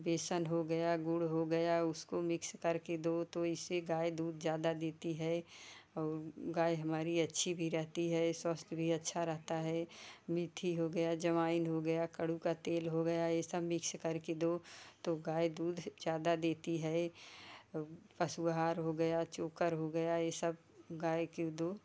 बेसन हो गया गुड़ हो गया उसको मिक्स करके दो तो इससे गाय दूध ज़्यादा देती है और गाय हमारी अच्छी भी रहती है स्वस्थ भी अच्छा रहता है मीथी हो गया अजवाइन हो गया कड़ू का तेल हो गया ये सब मिक्स करके दो तो गाय दूध ज़्यादा देती है अब पशु आहार हो गया चोकर हो गया ये सब गाय के दो